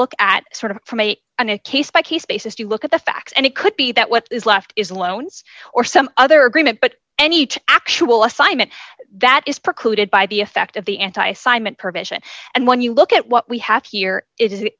look at sort of from a on a case by case basis you look at the facts and it could be that what is left is loans or some other agreement but any actual assignment that is precluded by the effect of the anti assignment provision and when you look at what we have here it